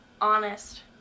honest